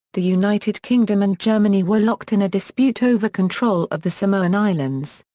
the united kingdom and germany were locked in a dispute over control of the samoan islands.